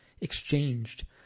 exchanged